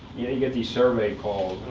you know you get these survey calls,